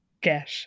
get